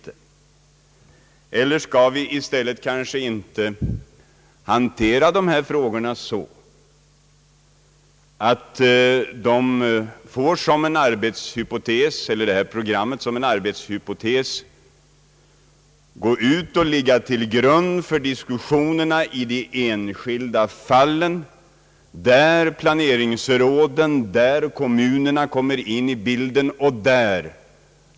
Eller skall vi i stället hantera saken så att denna redovisning i form av en arbetshypotes ligger till grund för diskussioner i de enskilda fallen? På det sättet kommer planeringsråden och kommunerna in i bilden.